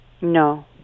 No